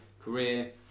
career